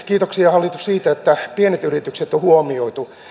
kiitoksia hallitus siitä että pienet yritykset on huomioitu